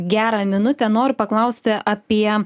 gerą minutę noriu paklausti apie